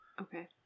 Okay